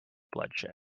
bloodshed